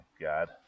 God